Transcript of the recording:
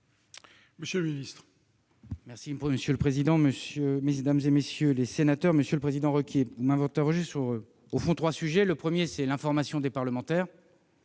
monsieur le ministre